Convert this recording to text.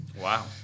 wow